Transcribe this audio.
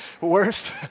Worst